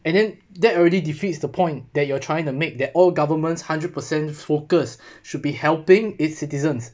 and then that already defeats the point that you are trying to make that all governments hundred percent focus should be helping its citizens